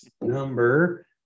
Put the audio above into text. number